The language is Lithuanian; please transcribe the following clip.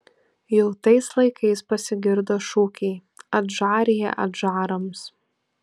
jau tais laikais pasigirdo šūkiai adžarija adžarams